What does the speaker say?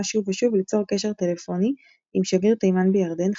שוב ושוב ליצור קשר טלפוני עם שגריר תימן בירדן,